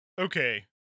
okay